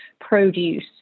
produce